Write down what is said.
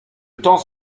temps